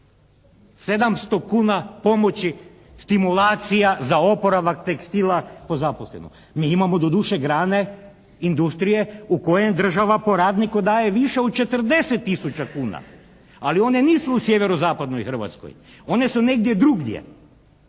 700 kuna pomoći stimulacija za oporavak tekstila po zaposlenom. Mi imamo doduše grane industrije u kojem država po radniku daje više od 40 tisuća kuna, ali one nisu u sjeverozapadnoj Hrvatskoj, one su negdje drugdje